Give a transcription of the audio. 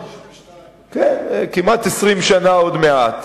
22. כן, כמעט 20 שנה עוד מעט.